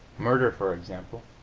murder, for example,